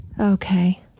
Okay